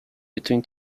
between